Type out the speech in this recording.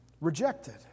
rejected